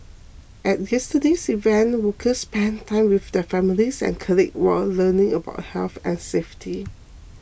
at yesterday's event workers spent time with their families and colleagues while learning about health and safety